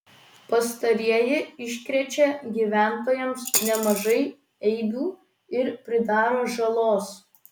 pastarieji iškrečia gyventojams nemažai eibių ir pridaro žalos